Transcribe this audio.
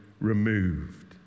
removed